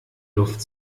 luft